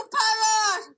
power